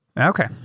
Okay